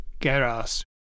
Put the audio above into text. geras